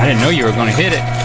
i didn't know you were gonna hit it.